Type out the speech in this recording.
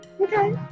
Okay